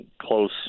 close